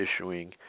issuing